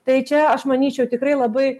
tai čia aš manyčiau tikrai labai